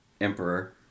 emperor